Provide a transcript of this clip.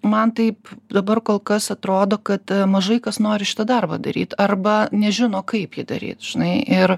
man taip dabar kol kas atrodo kad mažai kas nori šitą darbą daryt arba nežino kaip jį daryt žinai ir